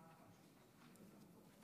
אדוני היושב-ראש,